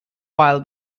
while